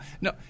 no